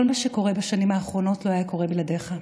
כל מה שקורה בשנים האחרונות לא היה קורה בלעדיך.